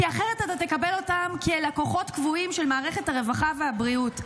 כי אחרת אתה תקבל אותם כלקוחות קבועים של מערכת הרווחה והבריאות.